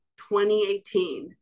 2018